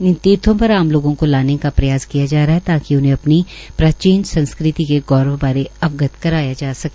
इन तीर्थो पर आम लोगों को लाने का प्रयास किया जा रहा है ताकि उन्हें अपनी प्राचीन संस्कृति के गौरव बारे अवगत कराया जा सके